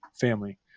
family